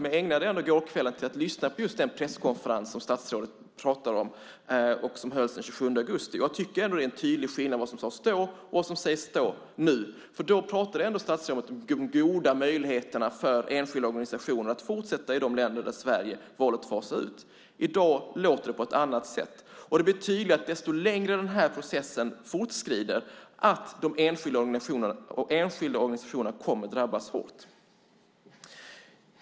Men jag ägnade gårdagskvällen åt att lyssna på den presskonferens som statsrådet pratade om och som hölls den 27 augusti, och jag tycker ändå att det är en tydlig skillnad mellan vad som sades då och vad som sägs nu. Då pratade statsrådet om de goda möjligheterna för enskilda organisationer att fortsätta i de länder där Sverige valt att fasa ut. I dag låter det på ett annat sätt. Det blir tydligt ju längre processen fortskrider att de enskilda organisationerna kommer att drabbas hårt.